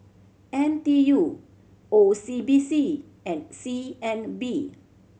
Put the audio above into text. N T U O C B C and C N B